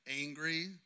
angry